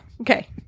okay